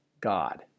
God